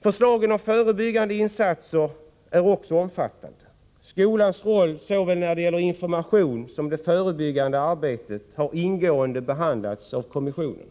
Förslagen om förebyggande insatser är omfattande. Skolans roll när det gäller såväl information som förebyggande arbete har ingående behandlats av narkotikakommissionen.